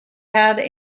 had